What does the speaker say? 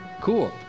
Cool